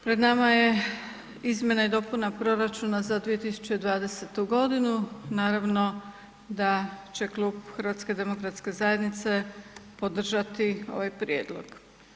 Pred nama je izmjena i dopuna proračuna za 2020.g. Naravno da će Klub HDZ-a podržati ovaj prijedlog.